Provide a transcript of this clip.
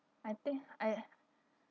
I think I